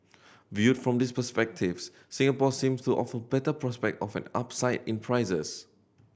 viewed from this perspectives Singapore seems to offer better prospect often upside in prices